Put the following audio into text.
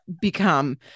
become